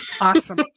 Awesome